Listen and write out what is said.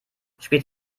spielt